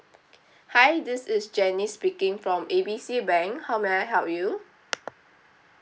hi this is jenny speaking from A B C bank how may I help you